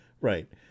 Right